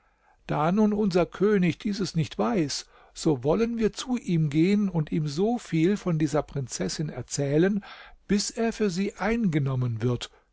da nun unser könig dieses nicht weiß so wollen wir zu ihm gehen und ihm so viel von dieser prinzessin erzählen bis er für sie eingenommen wird